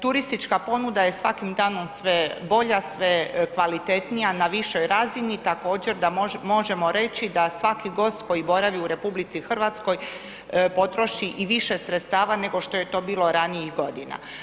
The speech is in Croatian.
Turistička ponuda je svakim danom sve bolja, sve kvalitetnija, na višoj razini, također da možemo reći da svaki gost koji boravi u RH potroši i više sredstava nego što je to bilo ranijih godina.